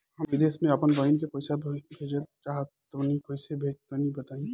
हम विदेस मे आपन बहिन के पास पईसा भेजल चाहऽ तनि कईसे भेजि तनि बताई?